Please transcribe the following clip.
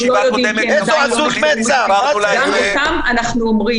את הדברים שאנחנו לא יודעים,